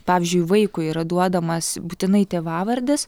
pavyzdžiui vaikui yra duodamas būtinai tėvavardis